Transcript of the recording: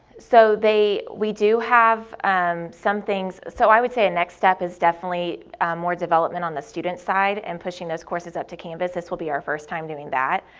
so we do have um some things, so i would say a next step is definitely more development on the student's side and pushing those courses up to canvas, this will be our first time doing that.